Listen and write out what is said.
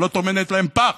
ולא טומנת להם פח,